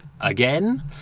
again